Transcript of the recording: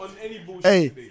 Hey